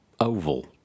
oval